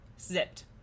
zipped